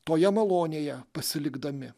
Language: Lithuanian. toje malonėje pasilikdami